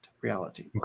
reality